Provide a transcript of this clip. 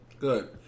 Good